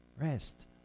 Rest